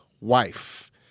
wife